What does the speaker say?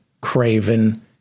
craven